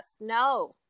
No